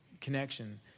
connection